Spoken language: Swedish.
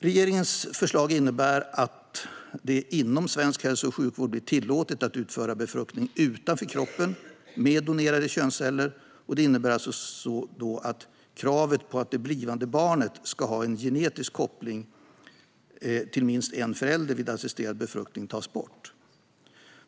Regeringens förslag innebär att det inom svensk hälso och sjukvård blir tillåtet att utföra befruktning utanför kroppen med donerade könsceller, vilket innebär att kravet på att det blivande barnet ska ha en genetisk koppling till minst en förälder vid assisterad befruktning tas bort.